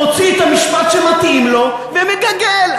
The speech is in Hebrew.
מוציא את המשפט שמתאים לו ומגגל,